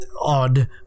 odd